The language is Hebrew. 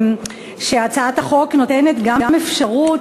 שהצעת החוק נותנת גם אפשרות,